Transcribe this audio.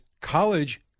college